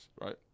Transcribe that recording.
right